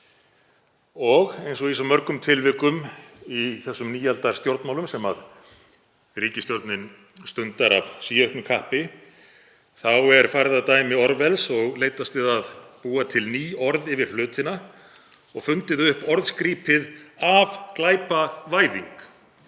Eins og í svo mörgum tilvikum í þessum nýaldarstjórnmálum sem ríkisstjórnin stundar af síauknu kappi er farið að dæmi Orwells og leitast við að búa til ný orð yfir hlutina og fundið upp orðskrípið afglæpavæðing